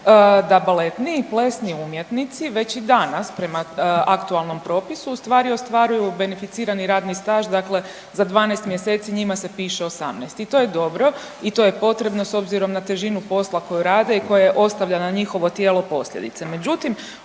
da baletni i plesni umjetnici već i danas prema aktualnom propisu u stvari ostvaruju beneficirani radni staž, dakle za 12 mjeseci njima se piše 18. I to je dobro i to je potrebno s obzirom na težinu posla koji rade i koje ostavlja na njihovo tijelo posljedice.